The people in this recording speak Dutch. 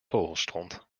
vogelstront